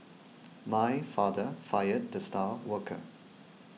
my father fired the star worker